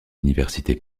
université